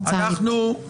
פצ"רית.